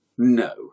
No